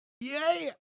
Yay